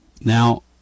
Now